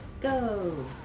Go